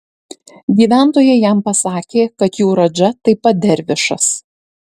gyventojai jam pasakė kad jų radža taip pat dervišas